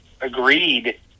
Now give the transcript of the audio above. agreed